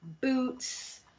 boots